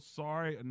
sorry